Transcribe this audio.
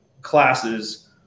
classes